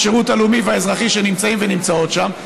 השירות הלאומי שנמצאים ונמצאות שם,